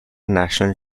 national